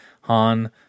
Han